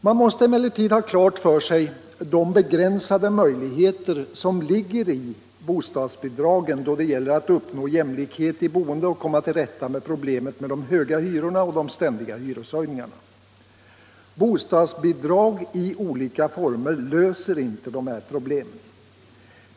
Man måste emellertid ha klart för sig de begränsade möjligheter som ligger i bostadsbidragen då det gäller att uppnå jämlikhet i boendet och komma till rätta med problemen med de höga hyrorna och de ständiga hyreshöjningarna. Bostadsbidrag i olika former löser inte dessa problem.